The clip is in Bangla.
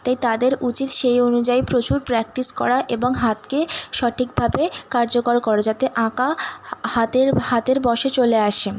তাই তাদের উচিত সেই অনুযায়ী প্রচুর প্র্যাক্টিস করা এবং হাতকে সঠিকভাবে কার্যকর করা যাতে আঁকা হা হাতের হাতের বশে চলে আসে